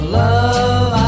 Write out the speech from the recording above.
love